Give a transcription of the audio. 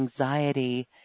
anxiety